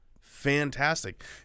fantastic